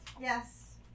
Yes